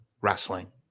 wrestling